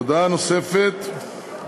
הודעה נוספת,